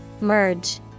Merge